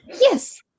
yes